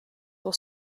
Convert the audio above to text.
will